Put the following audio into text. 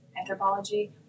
anthropology